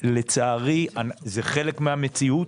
לצערי זה חלק מהמציאות